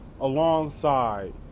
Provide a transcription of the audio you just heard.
alongside